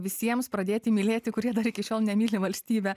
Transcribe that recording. visiems pradėti mylėti kurie dar iki šiol nemyli valstybę